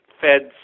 Fed's